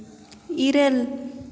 ᱤᱨᱟᱹᱞ